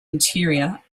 interior